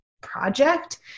project